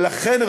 ולכן,